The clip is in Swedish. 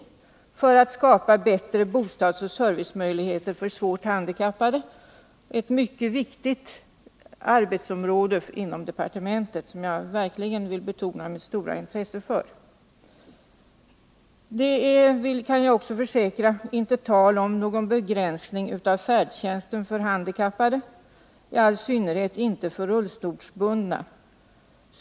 Syftet är att man skall skapa bättre bostadsoch servicemöjligheter för svårt handikappade — ett mycket viktigt arbetsområde inom departementet, som jag verkligen vill betona mitt stora intresse för. Det är, det kan jag också försäkra, inte tal om någon begränsning av färdtjänsten för handikappade, i all synnerhet inte för rullstolsbundna.